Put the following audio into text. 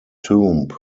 tomb